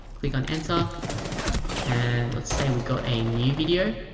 click on enter and let's say we got a new video